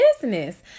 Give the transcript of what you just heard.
business